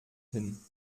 hin